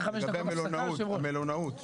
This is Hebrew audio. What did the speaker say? המלונאות,